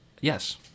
yes